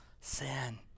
sin